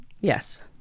Yes